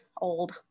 old